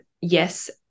yes